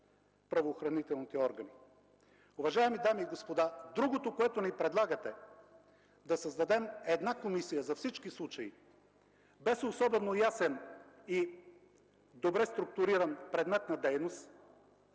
правоохранителните орани. Уважаеми дами и господа, другото, което ни предлагате – да създадем една комисия за всички случаи, без особено ясен и добре структуриран предмет на дейност